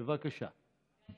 בבקשה.